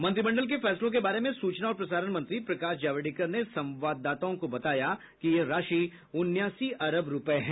मंत्रिमंडल के फैसलों के बारे में सूचना और प्रसारण मंत्री प्रकाश जावडेकर ने संवाददाताओं को बताया कि यह राशि उनासी अरब रूपये है